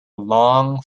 long